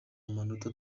amanota